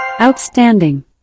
Outstanding